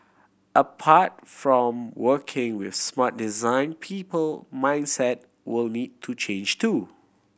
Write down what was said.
apart from working with smart design people mindset will need to change too